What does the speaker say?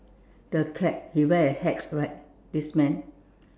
the cap he wear a hat right this man